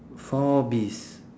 four bees